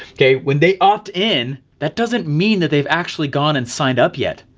okay, when they opt in, that doesn't mean that they've actually gone and signed up yet.